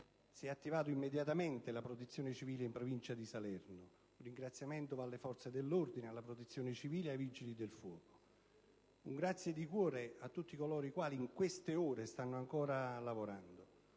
Si è attivata immediatamente la protezione civile in provincia di Salerno, e un ringraziamento va alle forze dell'ordine, alla Protezione civile e ai Vigili del fuoco. Un grazie di cuore a tutti coloro i quali, in queste ore, stanno ancora lavorando.